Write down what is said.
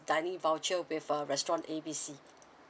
dining voucher with uh restaurant A B C